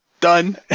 Done